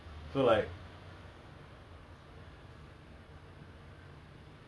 oh ya the recent joker movie was was v~ sent sent out a very strong message